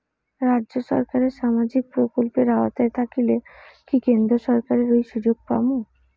রাজ্য সরকারের সামাজিক প্রকল্পের আওতায় থাকিলে কি কেন্দ্র সরকারের ওই সুযোগ পামু?